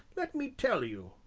let me tell you,